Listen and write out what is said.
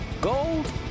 Gold